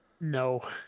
No